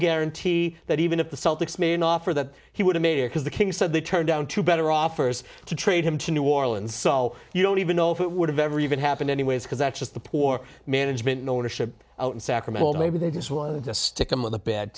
guarantee that even if the celtics made an offer that he would a major because the king said they turned down two better offers to trade him to new orleans so you don't even know if it would have ever even happened anyways because that's just the poor management and ownership out in sacramento and maybe they just want to stick him with a bad